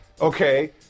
Okay